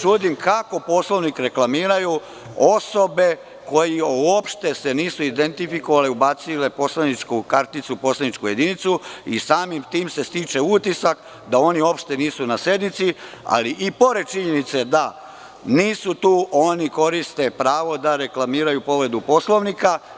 čudim se, kako Poslovnik reklamiraju osobe koje se uopšte nisu identifikovale, ubacile poslaničku karticu u poslaničku jedinicu i samim tim se stiče utisak da oni uopšte nisu na sednici, ali i pored činjenice da nisu tu, oni koriste pravo da reklamiraju povredu Poslovnika.